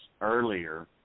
earlier